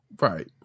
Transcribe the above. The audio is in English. Right